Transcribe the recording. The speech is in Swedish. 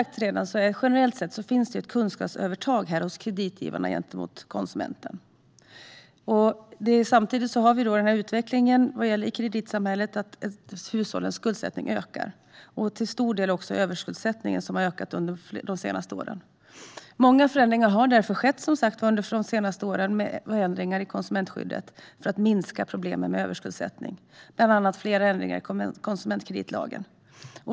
Generellt finns det, som sagt, ett kunskapsövertag hos kreditgivarna gentemot konsumenterna. Samtidigt går utvecklingen i kreditsamhället mot att hushållens skuldsättning - och till stor del också överskuldsättning - ökar. Många förändringar har därför skett i konsumentskyddet under de senaste åren för att minska problemen med överskuldsättning, exempelvis ändringar i konsumentkreditlagen.